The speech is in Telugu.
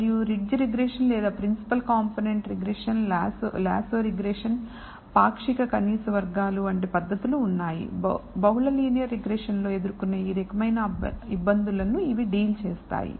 మరియు రిడ్జ్ రిగ్రెషన్ లేదా principal component regression lasso regression పాక్షిక కనీస వర్గాలు వంటి పద్ధతులు ఉన్నాయి బహుళ లీనియర్ రిగ్రెషన్ లో ఎదుర్కొనే ఈ రకమైన ఇబ్బందులు ను ఇవి డీల్ చేస్తాయి